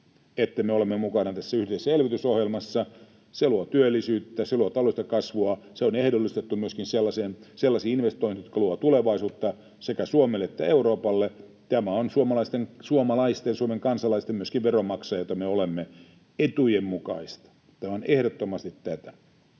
me olemme mukana tässä yhteisessä elvytysohjelmassa. Se luo työllisyyttä, se luo taloudellista kasvua, se on ehdollistettu myöskin sellaisiin investointeihin, jotka luovat tulevaisuutta sekä Suomelle että Euroopalle. Tämä on suomalaisten, Suomen kansalaisten, myöskin veronmaksajien, joita me olemme, etujen mukaista. Tämä on ehdottomasti tätä.